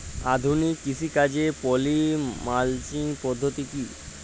আধুনিক কৃষিকাজে poly mulching পদ্ধতি কি?